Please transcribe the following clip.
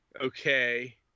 okay